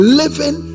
living